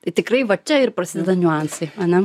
tai tikrai va čia ir prasideda niuansai ana